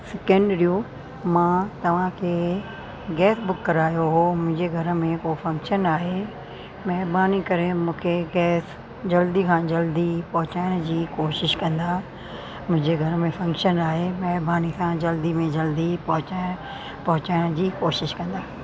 कैनरियो मां तव्हांखे gas book करायो हो मुंहिंजे घर में को फंक्शन आहे महिरबानी करे मूंखे गैस जल्दी खां जल्दी पोहचाइण जी कोशिशि कंदा मुंहिंजे घर में फंक्शन आहे महिरबानी खां जल्दी में जल्दी पोहचाए पोहचाइण जी कोशिशि कंदा